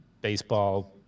baseball